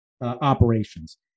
operations